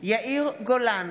יאיר גולן,